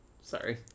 Sorry